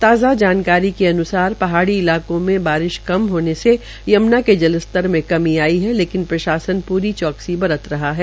ताज़ा जानकारी के अन्सार पहाड़ी इलाकों में बारिश कम होने से यम्ना के जल स्तर में की आई है लेकिन प्रशासन पूरी चौक्सी बरत रहा है